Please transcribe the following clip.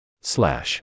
Slash